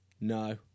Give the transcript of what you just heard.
No